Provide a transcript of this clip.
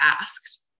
asked